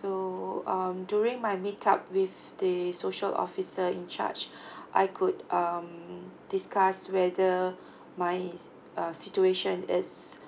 so um during my meet up with the social officer in charge I could um discuss whether mine is uh situation is